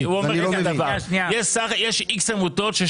הרב גפני הוא אומר כזה דבר, יש X עמותות שיש